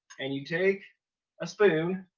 and you take a spoon,